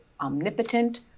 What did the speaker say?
omnipotent